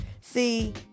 see